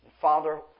Father